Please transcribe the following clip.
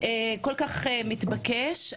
כל כך מתבקש.